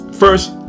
First